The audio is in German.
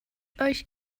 euch